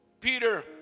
Peter